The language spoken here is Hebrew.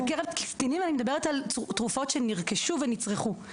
אני מדברת על תרופות שנרכשו ונצרכו.